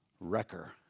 wrecker